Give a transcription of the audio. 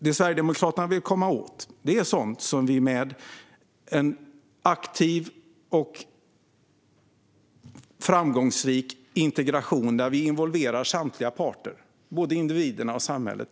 Det Sverigedemokraterna vill komma åt är sådant som vi vill åstadkomma med en aktiv och framgångsrik integration där samtliga parter involveras, både individerna och samhället.